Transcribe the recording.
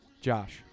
Josh